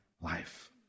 life